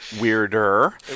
weirder